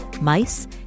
mice